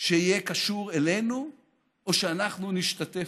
שיהיה קשור אלינו או שאנחנו נשתתף.